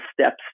steps